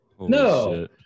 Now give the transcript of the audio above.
no